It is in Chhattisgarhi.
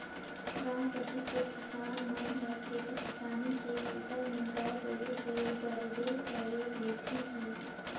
गांव कति तो किसान मन हर खेती किसानी के बूता में गाय गोरु के बरोबेर सहयोग लेथें ही